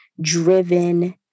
driven